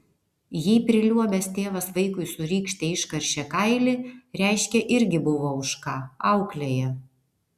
jei priliuobęs tėvas vaikui su rykšte iškaršė kailį reiškia irgi buvo už ką auklėja